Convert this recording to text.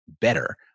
better